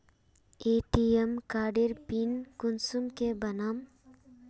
ATM कार्डेर pin कुंसम के बनाम?